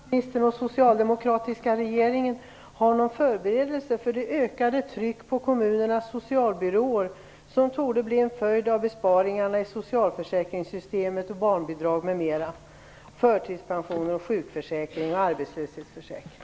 Fru talman! Jag vill fråga om finansministern och socialdemokratiska regeringen har någon förberedelse för det ökade tryck på kommunernas socialbyråer som torde bli en följd av besparingarna i socialförsäkringssystemet - barnbidragen, förtidspensioner, sjukförsäkring och arbetslöshetsförsäkring.